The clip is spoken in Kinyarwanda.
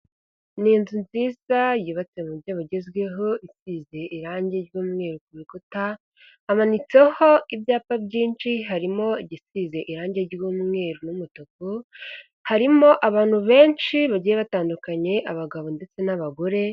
Ni inzu nziza yubatse mu buryo bugezweho, isize irangi ry'umweru ku bikuta, hamanitseho ibyapa byinshi, harimo igisize irangi ry'umweru n'umutuku, harimo abantu benshi bagiye batandukanye abagabo ndetse n'abagore.